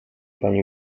panie